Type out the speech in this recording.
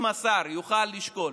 אם השר יוכל לשקול